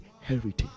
heritage